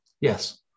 Yes